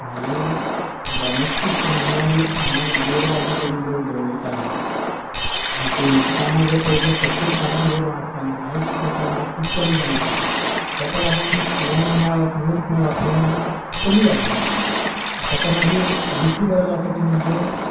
म्हणजे domestic animal म्हणन गोरवां जीं पयलीं लोक दवरताले आनी पयलींचे टायमार जर पळयत जा प्रत्येक घरांत गोरवां आसतालीं आयज तें प्रमाण खूब कमी जाल्लें आसा तेका लागोन शेण मेळप मूत मेळप हें कमी जाल्लें आसा तेका मागीर दुसरी गजाल आसा ती म्हणजे